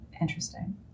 Interesting